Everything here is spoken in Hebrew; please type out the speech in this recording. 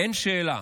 אין שאלה